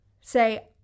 Say